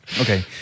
okay